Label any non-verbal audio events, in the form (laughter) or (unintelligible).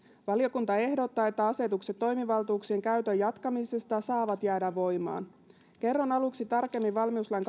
valiokunta ehdottaa että asetukset toimivaltuuksien käytön jatkamisesta saavat jäädä voimaan kerron aluksi tarkemmin valmiuslain (unintelligible)